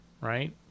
right